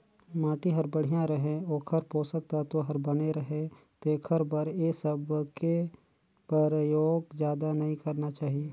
माटी हर बड़िया रहें, ओखर पोसक तत्व हर बने रहे तेखर बर ए सबके परयोग जादा नई करना चाही